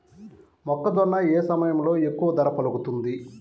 మొక్కజొన్న ఏ సమయంలో ఎక్కువ ధర పలుకుతుంది?